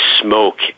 smoke